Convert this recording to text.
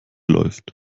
läuft